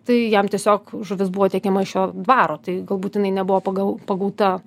tai jam tiesiog žuvis buvo tiekiama iš jo dvaro tai galbūt jinai nebuvo pagau pagauta